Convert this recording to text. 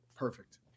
Perfect